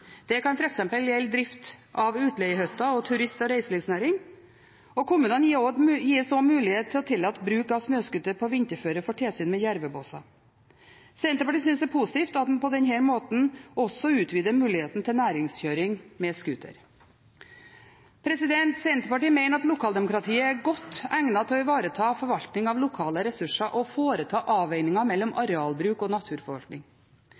Det kan f.eks. gjelde drift av utleiehytter og turist- og reiselivsnæring, og kommunene gis også mulighet til å tillate bruk av snøscooter på vinterføre for tilsyn med jervebåser. Senterpartiet synes det er positivt at en på denne måten også utvider muligheten til næringskjøring med scooter. Senterpartiet mener at lokaldemokratiet er godt egnet til å ivareta forvaltning av lokale ressurser og å foreta avveininger mellom arealbruk og naturforvaltning.